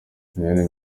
lionel